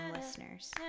listeners